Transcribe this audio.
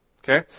Okay